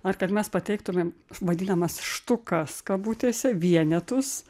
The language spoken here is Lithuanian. ar kad mes pateiktumėm vadinamas štukas kabutėse vienetus